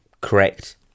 correct